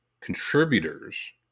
contributors